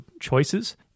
choices